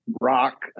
rock